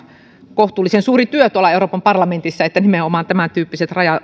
kohtuullisen suuri työ tuolla euroopan parlamentissa että nimenomaan tämäntyyppiset